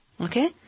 Okay